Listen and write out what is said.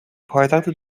پایتخت